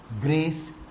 Grace